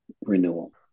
renewal